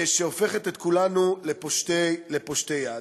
שהופכת את כולנו לפושטי יד.